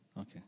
Okay